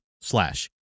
slash